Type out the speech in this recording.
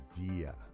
idea